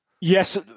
Yes